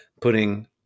putting